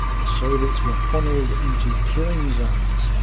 the soviets were funnelled into killing zones,